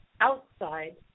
outside